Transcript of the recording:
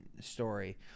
story